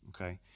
okay